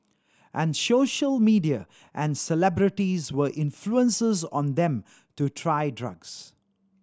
and social media and celebrities were influences on them to try drugs